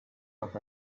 with